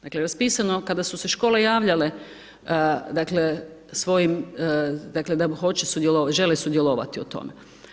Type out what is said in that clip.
Dakle, raspisano kada su se škole javljale dakle, svojim dakle, da žele sudjelovati u tome.